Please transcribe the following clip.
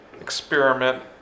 Experiment